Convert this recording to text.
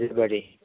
हजुर बडी